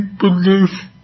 believe